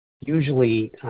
usually